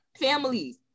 families